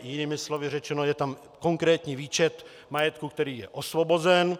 Jinými slovy řečeno, je tam konkrétní výčet majetku, který je osvobozen.